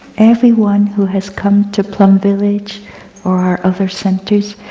everyone who has come to plum village or other centers,